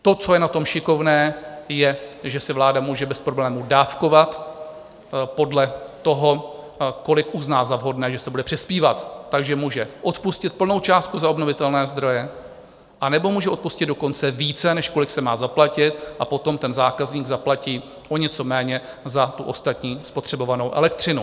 To, co je na tom šikovné, je, že si vláda může bez problémů dávkovat podle toho, kolik uzná za vhodné, že se bude přispívat, takže může odpustit plnou částku za obnovitelné zdroje, anebo může odpustit dokonce více, než kolik se má zaplatit, a potom ten zákazník zaplatí o něco méně za ostatní spotřebovanou elektřinu.